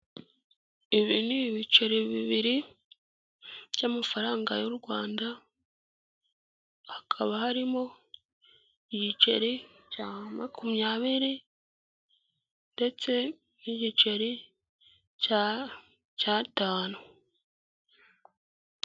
Ibi ni ibiceri bibiri by'amafaranga y'u Rwanda hakaba harimo ibiceri makumyabiri ndetse n'igiceri cya cy'atanu.